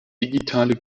digitale